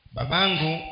Babangu